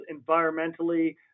environmentally